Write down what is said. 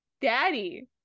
Daddy